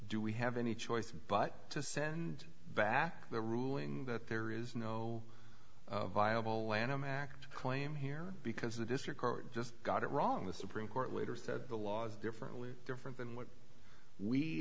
do we have any choice but to send back the ruling that there is no viable lanham act claim here because it is your card just got it wrong the supreme court later said the laws differently different than what we